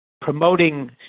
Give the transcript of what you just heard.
promoting